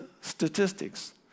statistics